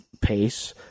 pace